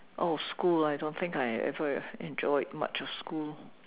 oh school I don't think I ever enjoyed much of school